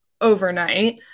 overnight